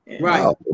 right